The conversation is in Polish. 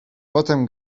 potem